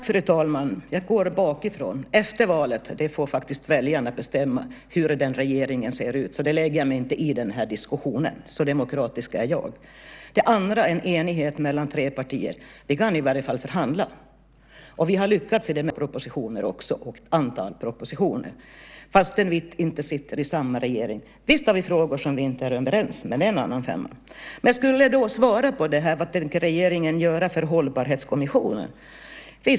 Fru talman! Jag går bakifrån i mina svar. Efter valet? Då får faktiskt väljarna bestämma hur regeringen ser ut. Den diskussionen lägger jag mig inte i. Så demokratisk är jag . Det andra gäller en enighet mellan tre partier. Vi kan i alla fall förhandla, och vi har lyckats i det mesta. Vi har ett antal budgetar bakom oss, samt ett antal vårpropositioner och ett antal propositioner, fast vi inte sitter i samma regering. Visst finns det frågor som vi inte är överens om, men det är en annan femma. Sedan övergår jag till svaret på vad regeringen tänker göra för Hållbarhetskommissionen.